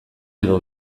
edo